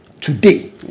Today